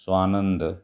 Swanand